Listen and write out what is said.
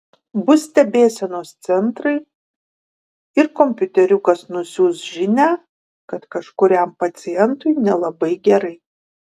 bus stebėsenos centrai ir kompiuteriukas nusiųs žinią kad kažkuriam pacientui nelabai gerai